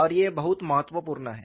और ये बहुत महत्वपूर्ण है